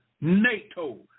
NATO